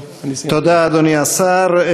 תודה, אדוני השר.